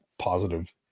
positive